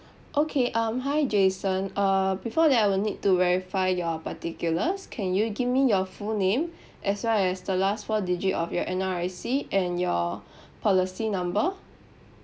okay um hi jason uh before that I will need to verify your particulars can you give me your full name as well as the last four digit of your N_R_I_C and your policy number